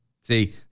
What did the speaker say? See